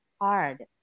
hard